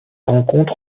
rencontre